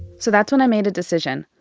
so that's when i made a decision.